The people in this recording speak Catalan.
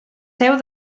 seu